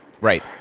Right